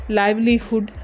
livelihood